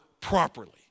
properly